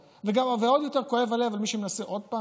ועוד יותר כואב הלב על מי שמנסה עוד פעם